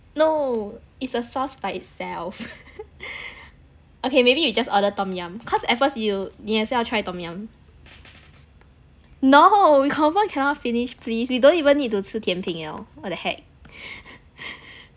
no it's a sauce by itself okay maybe we just order tom yum cause at first you 你也是要 try tom yum no we confirm cannot finish please we don't even need to 吃甜品 liao what the heck